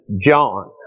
John